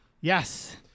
Yes